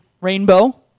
rainbow